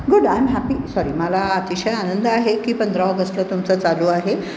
good I'm happy sorry मला अतिशय आनंद आहे की पंधरा ऑगस्टला तुमचं चालू आहे